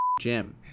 Jim